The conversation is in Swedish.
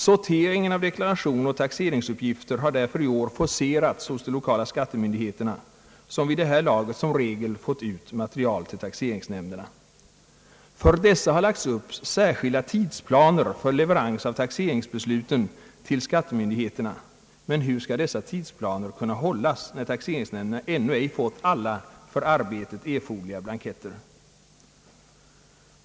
Sorteringen av deklarationsoch taxeringsuppgifter har därför i år forcerats hos de lokala skattemyndigheterna vilka vid det här laget som regel fått ut en del material till taxeringsnämnderna. För dessa har lagts upp särskilda tidsplaner för leverans av taxeringsbesluten till skattemyndigheterna. Men hur skall dessa tidsplaner kunna hållas, när taxeringsnämnderna ännu ej fått alla för arbetet erforderliga blanketter?